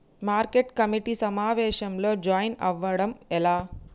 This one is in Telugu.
మార్కెట్ కమిటీ సమావేశంలో జాయిన్ అవ్వడం ఎలా?